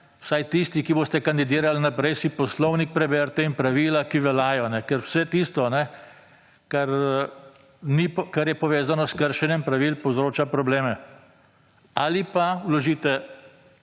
vsaj tisti, ki boste kandidirali naprej si Poslovnik preberite in pravila, ki veljajo, ker vse tisto, kar je povezano s kršenjem pravil povzroča probleme ali pa vložite